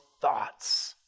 thoughts